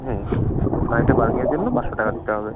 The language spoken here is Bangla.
হুম নাইটে পার্কিংয়ের জন্য পাঁচশো টাকা দিতে হবে